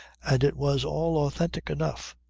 and it was all authentic enough.